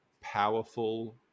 powerful